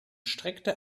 streckte